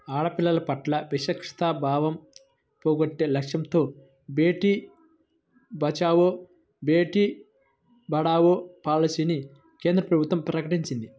ఆడపిల్లల పట్ల వివక్షతా భావం పోగొట్టే లక్ష్యంతో బేటీ బచావో, బేటీ పడావో పాలసీని కేంద్ర ప్రభుత్వం ప్రకటించింది